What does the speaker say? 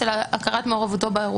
של הכרת מעורבותו באירוע.